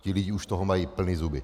Ti lidé už toho mají plné zuby.